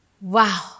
Wow